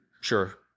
Sure